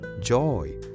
joy